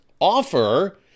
offer